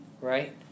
right